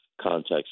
context